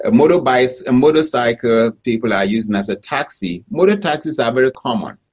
ah motor bikes and motorcycles people are using as a taxi, motor taxis are very common.